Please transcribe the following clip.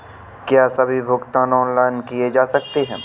क्या सभी भुगतान ऑनलाइन किए जा सकते हैं?